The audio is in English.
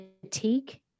fatigue